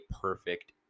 perfect